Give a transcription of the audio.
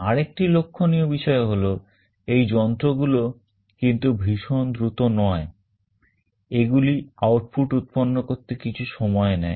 আরেকটি লক্ষণীয় বিষয় হলো এই যন্ত্র গুলো কিন্তু ভীষণ দ্রুত নয় এগুলি আউটপুট উৎপন্ন করতে কিছু সময় নেয়